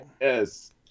Yes